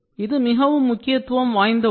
இது மிகவும் முக்கியத்துவம் வாய்ந்த ஒன்று